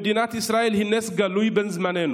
מדינת ישראל היא נס גלוי בן זמננו,